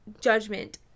Judgment